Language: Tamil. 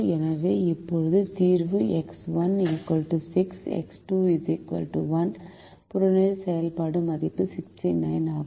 எனவே இப்போது தீர்வு எக்ஸ் 1 6 எக்ஸ் 2 1 புறநிலை செயல்பாடு மதிப்பு 69 ஆகும்